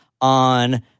on